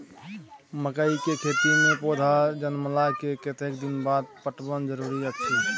मकई के खेती मे पौधा जनमला के कतेक दिन बाद पटवन जरूरी अछि?